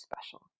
special